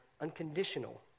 unconditional